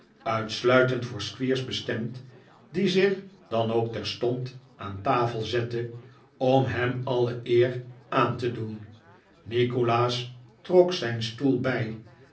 uitsluitend voor squeers bestemd die zich dan ook terstond aan tafel zette om hem alle eer aan te doen nikolaas trok zijn stoel bij